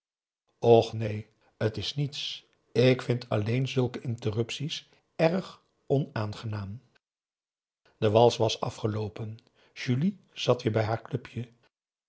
och neen t is niets ik vind alleen zulke interruptie's erg onaangenaam de wals was afgeloopen julie zat weer bij haar clubje